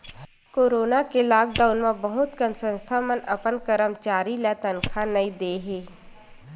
corona के lockdown म बहुत कन संस्था मन अपन करमचारी ल तनखा नइ दे हे